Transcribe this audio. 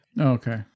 Okay